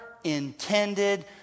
Intended